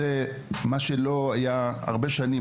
זה משהו שלא היה הרבה שנים,